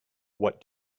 what